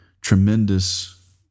tremendous